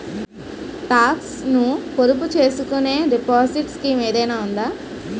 Talks ను పొదుపు చేసుకునే డిపాజిట్ స్కీం ఏదైనా ఉందా?